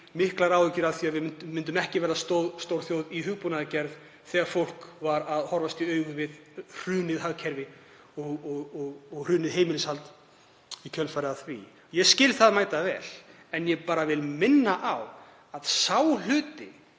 miklar áhyggjur af því að við yrðum ekki stórþjóð í hugbúnaðargerð þegar fólk horfðist í augu við hrunið hagkerfi og hrunið heimilishald í kjölfarið. Ég skil það mætavel. En ég vil minna á að sá hluti